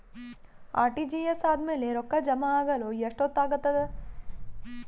RTGS ಆದ್ಮೇಲೆ ರೊಕ್ಕ ಜಮಾ ಆಗಲು ಎಷ್ಟೊತ್ ಆಗತದ?